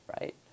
right